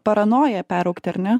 paranoją peraugti ar ne